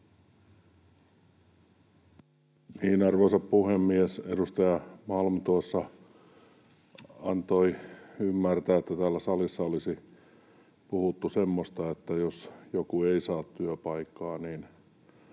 Arvoisa puhemies! Edustaja Malm tuossa antoi ymmärtää, että täällä salissa olisi puhuttu semmoista, että jos joku ei saa työpaikkaa,